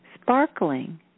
sparkling